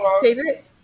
Favorite